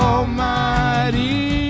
Almighty